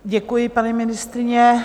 Děkuji, paní ministryně.